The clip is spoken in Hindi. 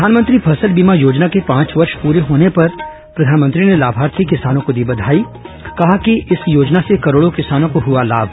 प्रधानमंत्री फसल बीमा योजना के पांच वर्ष होने पर प्रधानमंत्री ने लामार्थी किसानों को दी बधाई कहा कि इस योजना से करोडों किसानों को हआ लाभ